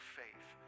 faith